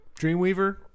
Dreamweaver